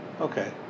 okay